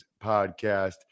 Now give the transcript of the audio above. Podcast